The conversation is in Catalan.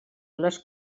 les